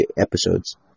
episodes